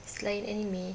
selain anime